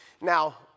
Now